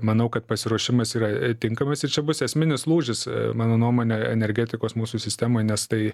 manau kad pasiruošimas yra tinkamas ir čia bus esminis lūžis mano nuomone energetikos mūsų sistemoj nes tai